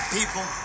people